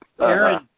Aaron